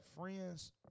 friends